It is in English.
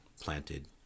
planted